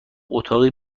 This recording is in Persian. اتاقی